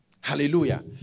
hallelujah